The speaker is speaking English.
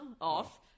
off